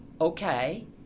okay